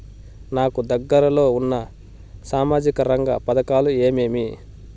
నాకు దగ్గర లో ఉన్న సామాజిక రంగ పథకాలు ఏమేమీ?